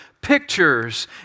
pictures